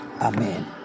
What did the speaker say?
Amen